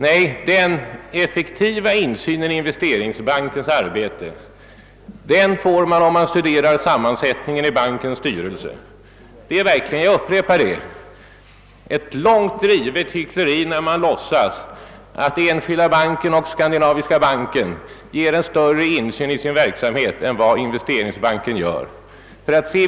Studerar man sammansättningen av bankens styrelse, finner man att det finns en effektiv insyn i banken. Det är verkligen — jag upprepar det — ett långt drivet hyckleri när man låtsas att Enskilda banken och Skandinaviska banken ger större insyn i sin verksamhet än vad Investeringsbanken gör.